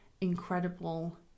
incredible